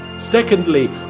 Secondly